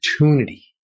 opportunity